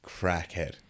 crackhead